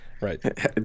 Right